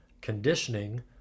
conditioning